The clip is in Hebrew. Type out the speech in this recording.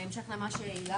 בהמשך למה שהילה